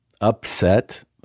upset